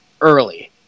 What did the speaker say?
early